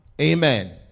Amen